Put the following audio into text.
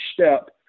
step